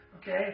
Okay